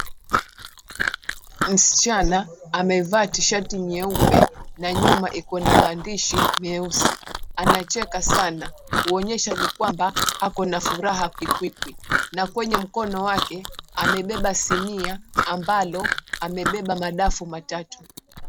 Msichana amevaa tishati nyeupe na nyuma ikona maandishi meusi. Anacheka sana kuonyesha ni kwamba akona furaha kwikwikwi na kwenye mkono wake amebeba sinia ambalo amebeba madafu matatu.